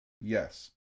Yes